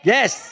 Yes